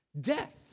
death